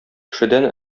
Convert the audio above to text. кешедән